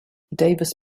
davis